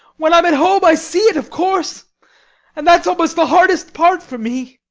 when i'm at home, i see it, of course and that's almost the hardest part for me